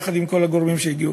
יחד עם כל הגורמים שהגיעו.